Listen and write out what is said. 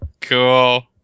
Cool